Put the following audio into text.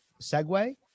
segue